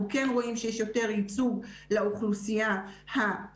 אנחנו כן רואים שיש ייצוג לאוכלוסייה החרדית,